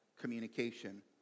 communication